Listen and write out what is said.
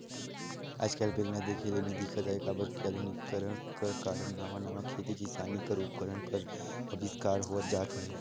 आएज काएल बेलना देखे ले नी दिखत अहे काबर कि अधुनिकीकरन कर कारन नावा नावा खेती किसानी कर उपकरन कर अबिस्कार होवत जात अहे